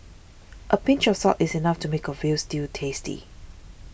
a pinch of salt is enough to make a Veal Stew tasty